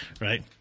Right